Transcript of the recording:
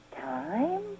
Time